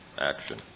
action